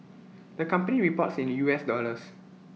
the company reports in U S dollars